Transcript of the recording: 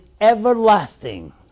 everlasting